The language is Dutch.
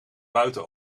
buiten